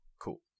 cool